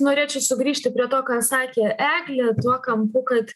norėčiau sugrįžti prie to ką sakė eglė tuo kampu kad